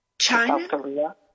China